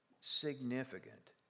significant